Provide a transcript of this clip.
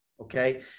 Okay